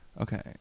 okay